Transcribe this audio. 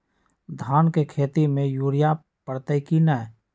धान के खेती में यूरिया परतइ कि न?